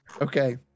Okay